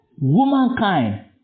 womankind